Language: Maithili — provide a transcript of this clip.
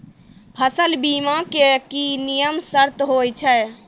फसल बीमा के की नियम सर्त होय छै?